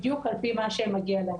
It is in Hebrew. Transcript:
בדיוק על פי מה שמגיע להם.